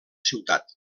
ciutat